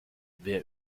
wer